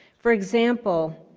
for example.